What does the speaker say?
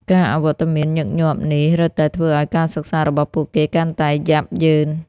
ការអវត្តមានញឹកញាប់នេះរឹតតែធ្វើឲ្យការសិក្សារបស់ពួកគេកាន់តែយ៉ាប់យ៉ឺន។